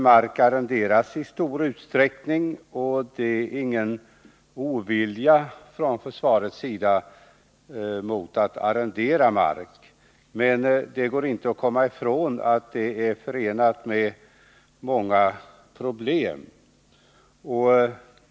Mark arrenderas i stor utsträckning, och det finns från försvarets sida ingen ovilja mot att arrendera mark. Men det går inte att komma ifrån att detta är förenat med problem.